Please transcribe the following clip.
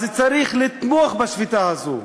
אז צריך לתמוך בשביתה הזאת.